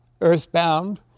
earthbound